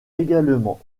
également